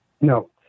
No